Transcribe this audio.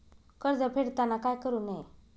कर्ज फेडताना काय करु नये?